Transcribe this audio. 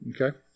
Okay